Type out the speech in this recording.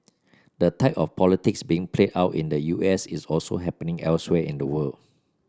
the type of politics being played out in the U S is also happening elsewhere in the world